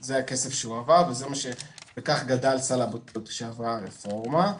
זה הכסף שהועבר וכך גדל סל הבריאות אחרי שעברה הרפורמה.